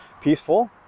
peaceful